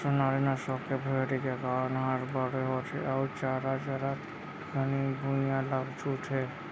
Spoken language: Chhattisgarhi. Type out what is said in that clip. सोनारी नसल के भेड़ी के कान हर बड़े होथे अउ चारा चरत घनी भुइयां ल छूथे